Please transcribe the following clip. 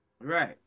Right